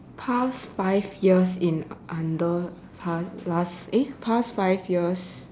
past five years in under pass last eh past five years